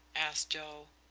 asked joe.